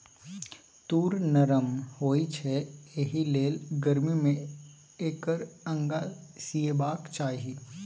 तूर नरम होए छै एहिलेल गरमी मे एकर अंगा सिएबाक चाही